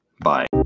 bye